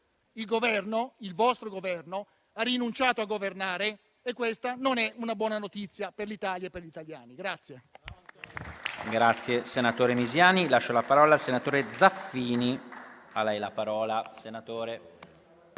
Il vostro Governo ha rinunciato a governare e questa non è una buona notizia per l'Italia e per gli italiani.